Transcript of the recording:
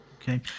Okay